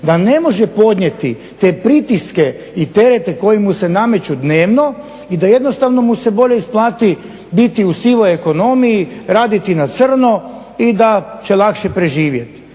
da ne može podnijeti te pritiske i terete koji mu se nameću dnevno i da jednostavno mu se bolje isplati biti u sivoj ekonomiji, raditi na crno i da će lakše preživjeti.